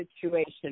situation